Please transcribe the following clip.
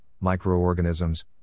microorganisms